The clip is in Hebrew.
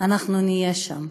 אנחנו נהיה שם,